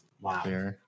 wow